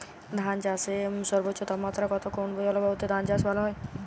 ধান চাষে সর্বোচ্চ তাপমাত্রা কত কোন জলবায়ুতে ধান চাষ ভালো হয়?